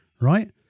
right